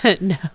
No